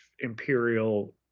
imperial